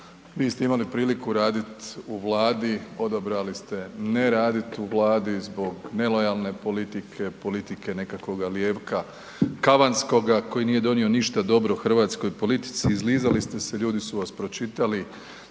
vi ste imali priliku radit u Vladi, odabrali ste ne radih u Vladi zbog nelojalne politike, politike nekakvoga lijevka kavanskoga koji nije donio ništa dobro hrvatskoj politici, izlizali ste se, ljudi su vas pročitali